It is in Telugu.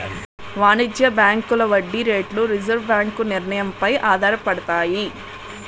వాణిజ్య బ్యాంకుల వడ్డీ రేట్లు రిజర్వు బ్యాంకు నిర్ణయం పై ఆధారపడతాయి